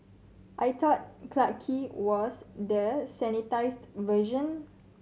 I thought Clarke Quay was the sanitised version